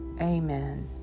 amen